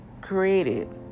created